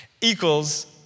equals